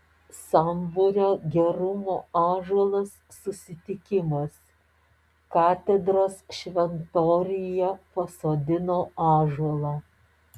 sambūrio gerumo ąžuolas susitikimas katedros šventoriuje pasodino ąžuolą